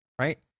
right